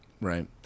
Right